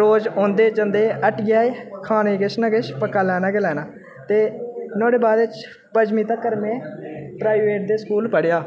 रोज़ औंदे जंदे हट्टिया खानै ई किश ना किश पक्का लैना गै लैना ते नुहाड़े बारे च पंजमी तक्कर में प्राइवेट दे स्कूल पढ़ेआ